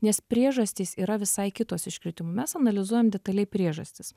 nes priežastys yra visai kitos iškritimo mes analizuojam detaliai priežastis